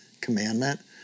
commandment